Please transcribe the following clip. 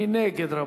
מי נגד?